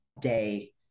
day